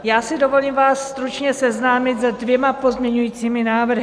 Já si dovolím vás stručně seznámit se dvěma pozměňovacími návrhy.